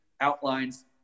outlines